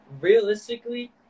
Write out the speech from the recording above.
realistically